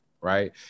right